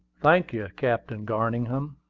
thank you, captain garningham,